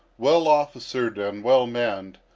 well officered and well manned,